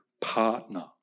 partner